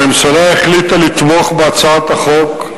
הממשלה החליטה לתמוך בהצעת החוק,